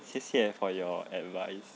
谢谢 for your advice